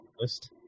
list